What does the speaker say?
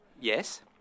Yes